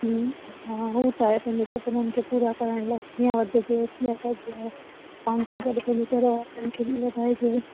हूं हा हू त आहे पंहिंजे सपननि खे पूरा करण लाइ कीअं वधिजे कीअं कजे पंहिंजे साथ वारनि खे बि वधाइजे